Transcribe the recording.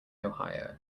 ohio